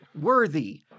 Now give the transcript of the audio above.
worthy